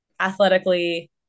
athletically